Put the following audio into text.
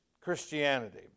Christianity